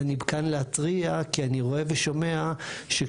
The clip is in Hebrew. אני כאן להתריע כי אני רואה ושומע שכשצריכים